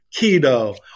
keto